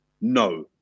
no